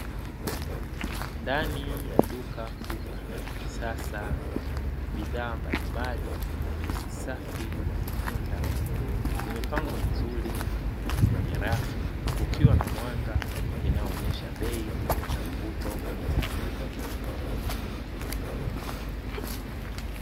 Ndani ya duka kubwa na la kisasa bidhaa mbalimbali za juisi sai za matunda zimepangwa vizuri kwenye rafu, kukiwa na mwanga inayoonesha bei na mvuto wa bidhaa hiyo.